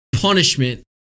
punishment